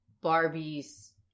barbie's